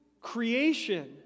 creation